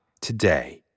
today